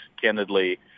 candidly